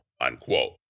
Unquote